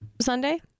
sunday